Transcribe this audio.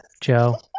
Joe